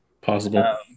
Possible